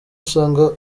usanga